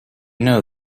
know